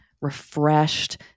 refreshed